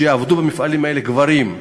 יעבדו במפעלים האלה גברים.